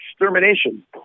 extermination